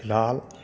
फिलहाल